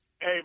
Hey